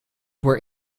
were